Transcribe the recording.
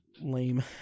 lame